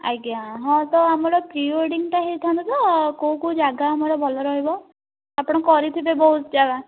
ଆଜ୍ଞା ହଁ ତ ଆମର ପ୍ରି ୱେଡ଼ିଙ୍ଗଟା ହେଇଥାନ୍ତା ତ କେଉଁ କେଉଁ ଜାଗା ଆମର ଭଲ ରହିବ ଆପଣ କରିଥିବେ ବହୁତ ଜାଗା